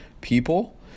people